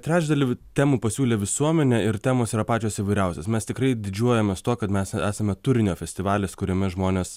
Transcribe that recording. trečdalį temų pasiūlė visuomenė ir temos yra pačios įvairiausios mes tikrai didžiuojamės tuo kad mes esame turinio festivalis kuriame žmonės